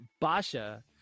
Basha